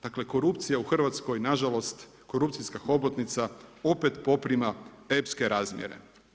Dakle, korupcija u Hrvatskoj na žalost, korupcijska hobotnica opet poprima epske razmjere.